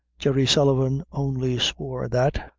jerry sullivan only swore that,